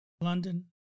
London